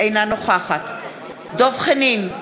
אינה נוכחת דב חנין,